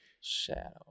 Shadow